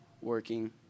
working